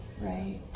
Right